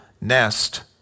nest